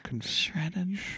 Shredded